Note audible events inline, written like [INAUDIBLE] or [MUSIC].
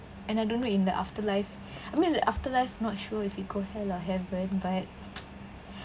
and I don't know in the afterlife I mean the afterlife not sure if you go hell or heaven but [NOISE]